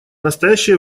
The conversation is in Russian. настоящее